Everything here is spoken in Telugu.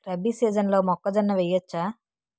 రబీ సీజన్లో మొక్కజొన్న వెయ్యచ్చా?